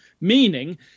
Meaning